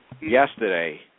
yesterday